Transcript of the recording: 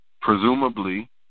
presumably